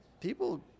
people